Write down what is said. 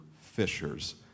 fishers